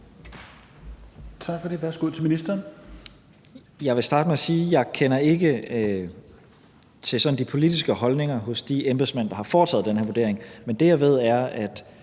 Jeg vil starte med at sige, at jeg ikke kender til de sådan politiske holdninger hos de embedsmænd, der har foretaget den her vurdering, men det, jeg ved, er, at